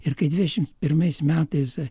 ir kai dvidešimt pirmais metais